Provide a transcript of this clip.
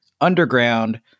underground